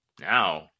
Now